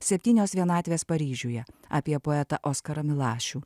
septynios vienatvės paryžiuje apie poetą oskarą milašių